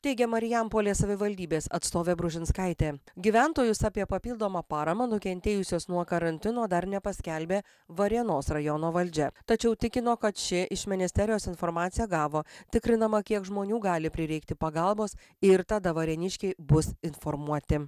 teigė marijampolės savivaldybės atstovė bružinskaitė gyventojus apie papildomą paramą nukentėjusius nuo karantino dar nepaskelbė varėnos rajono valdžia tačiau tikino kad ši iš ministerijos informaciją gavo tikrinama kiek žmonių gali prireikti pagalbos ir tada varėniškiai bus informuoti